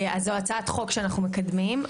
זו הצעת חוק שאנחנו מקדמים,